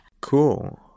Cool